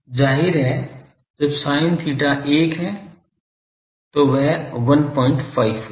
जाहिर है जब sin theta 1 है तो वह 15 होगा